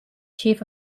chief